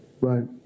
right